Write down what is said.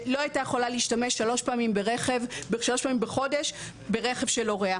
שלא הייתה יכולה להשתמש שלוש פעמים בחודש ברכב של הוריה.